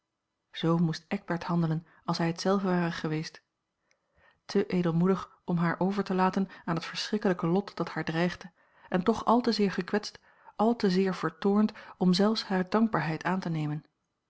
zoo moest eckbert handelen als hij het zelf ware geweest te edelmoedig om haar over te laten aan het verschrikkelijke lot dat haar dreigde en toch al te zeer gekwetst al te zeer vertoornd om zelfs hare dankbaarheid aan te nemen